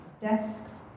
desks